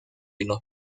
unos